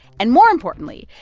and more importantly,